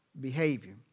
behavior